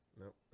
Nope